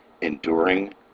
enduring